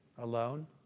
alone